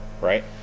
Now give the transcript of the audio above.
Right